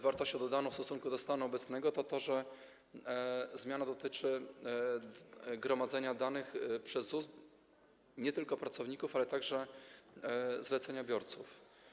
Wartością dodaną w stosunku do stanu obecnego jest to, że zmiana dotyczy gromadzenia danych przez ZUS nie tylko pracowników, ale także zleceniobiorców.